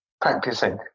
practicing